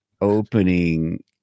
opening